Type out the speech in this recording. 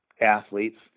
athletes